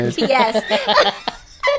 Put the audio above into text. Yes